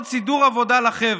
עוד סידור עבודה לחברה.